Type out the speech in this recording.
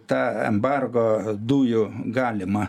tą embargo dujų galimą